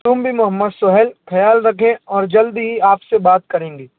تم بھی محمد سہیل خیال رکھیں اور جلد ہی آپ سے بات کریں گے